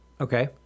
Okay